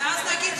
ואז יגידו משקרים,